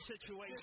situation